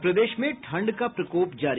और प्रदेश में ठंड का प्रकोप जारी